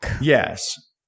Yes